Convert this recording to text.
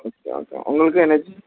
okay okay உங்களுக்கு என்ன age